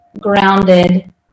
grounded